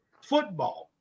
football